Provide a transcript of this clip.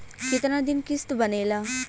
कितना दिन किस्त बनेला?